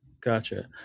Gotcha